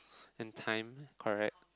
and time correct